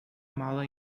mala